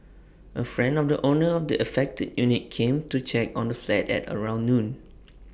A friend of the owner of the affected unit came to check on the flat at around noon